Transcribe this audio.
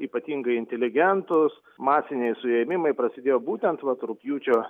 ypatingai inteligentus masiniai suėmimai prasidėjo būtent vat rugpjūčio